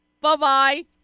Bye-bye